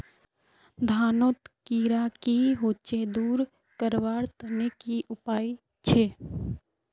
धानोत कीड़ा की होचे दूर करवार तने की उपाय छे?